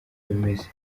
bimeze